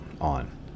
on